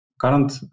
current